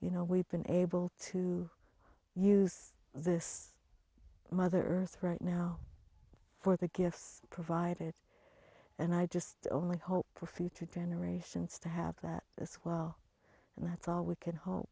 you know we've been able to use this mother earth right now for the gifts provided and i just only hope for future generations to have that as well and that's all we can hope